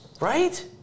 Right